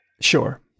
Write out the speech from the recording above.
Sure